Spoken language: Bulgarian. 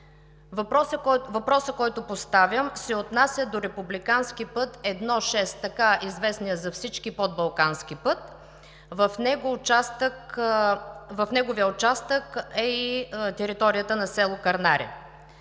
Въпросът, който поставям, се отнася до републикански път I-6, така известният за всички Подбалкански път. В неговия участък е и територията на село Кърнаре.